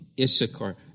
Issachar